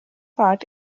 part